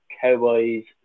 Cowboys